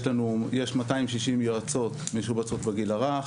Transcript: שיש 260 יועצות משובצות בגיל הרך,